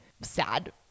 sad